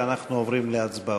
ואנחנו עוברים להצבעות.